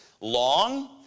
long